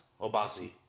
Obasi